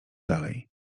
dalej